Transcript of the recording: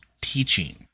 teaching